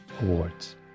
awards